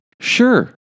sure